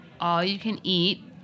all-you-can-eat